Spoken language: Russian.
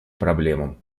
проблемам